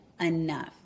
enough